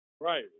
right